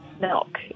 milk